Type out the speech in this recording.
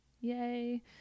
yay